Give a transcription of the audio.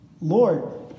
Lord